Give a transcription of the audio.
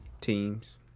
teams